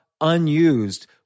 unused